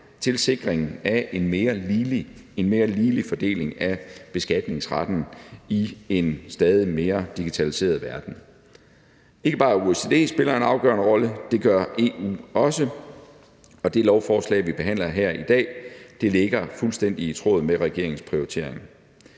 til sikringen af en mere ligelig fordeling af beskatningsretten i en stadig mere digitaliseret verden. Ikke bare OECD spiller en afgørende rolle, det gør EU også, og det lovforslag, vi behandler her i dag, ligger fuldstændig i tråd med regeringens prioriteringer.